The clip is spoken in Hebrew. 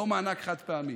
לא מענק חד-פעמי,